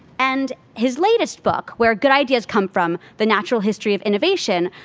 and his latest book, where good ideas come from the natural history of innovation,